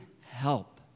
help